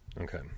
Okay